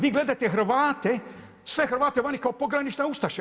Vi gledate Hrvate, sve Hrvate vani kao pogranične ustaše.